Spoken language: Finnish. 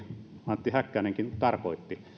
antti häkkänenkin tarkoitti